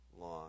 long